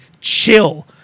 chill